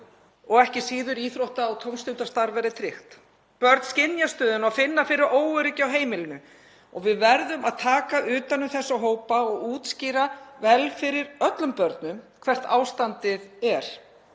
og ekki síður íþrótta- og tómstundastarf verði tryggt. Börn skynja stöðuna og finna fyrir óöryggi á heimilinu og við verðum að taka utan um þessa hópa og útskýra vel fyrir öllum börnum hvert ástandið er.